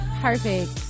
Perfect